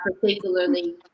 particularly